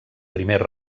primer